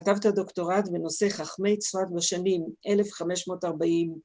כתב את הדוקטורט בנושא חכמי צפת בשנים 1540